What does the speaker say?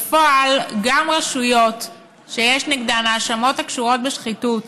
בפועל, גם רשויות שיש נגדן האשמות הקשורות בשחיתות